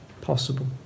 possible